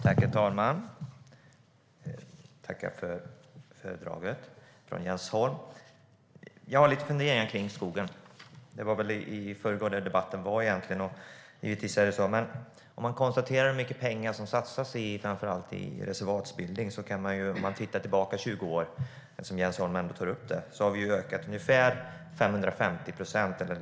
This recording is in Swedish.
Herr talman! Jag tackar Jens Holm för anförandet. Jag har lite funderingar kring skogen. Det var egentligen i förrgår som debatten var. Man kan konstatera hur mycket pengar som satsas på framför allt reservatsbildning. Om man tittar tillbaka 20 år - eftersom Jens Holm tar upp det - ser man att det har ökat ungefär 550 procent.